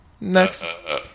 Next